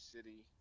City